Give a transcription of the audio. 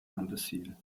imbécile